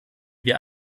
wir